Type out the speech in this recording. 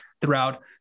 throughout